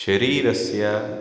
शरीरस्य